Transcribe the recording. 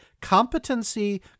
competency